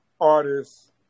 artists